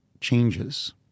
changes